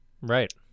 Right